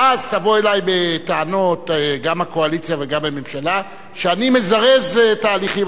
ואז תבוא אלי בטענות גם הקואליציה וגם הממשלה שאני מזרז תהליכים.